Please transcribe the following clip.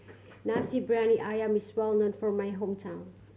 Nasi Briyani Ayam is well known from my hometown